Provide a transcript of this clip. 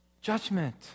Judgment